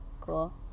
cool